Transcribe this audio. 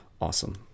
awesome